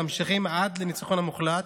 ממשיכים עד הניצחון המוחלט.